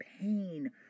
pain